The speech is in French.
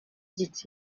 dit